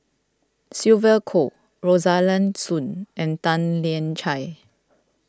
Sylvia Kho Rosaline Soon and Tan Lian Chye